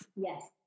Yes